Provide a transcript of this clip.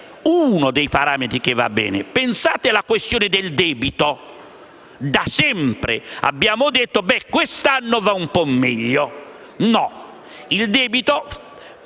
uno dei parametri che va bene. Pensate alla questione del debito. Da sempre abbiamo detto: quest'anno va un po' meglio. No, il debito